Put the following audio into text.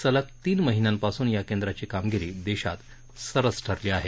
सलग तीन महिन्यांपासून या केंद्राची कामगिरी देशात सरस ठरली आहे